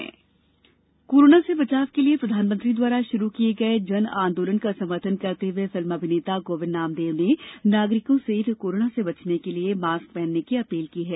जन आंदोलन कोरोना से बचाव के लिए प्रधानमंत्री द्वारा शुरू किये गये जन आंदोलन का समर्थन करते हए फिल्म अभिनेता गोविंद नामदेव ने नागरिको से कोरोना से बचने के लिए मास्क पहनने की अपील की है